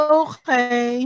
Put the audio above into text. okay